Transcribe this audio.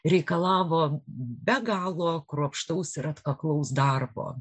reikalavo be galo kruopštaus ir atkaklaus darbo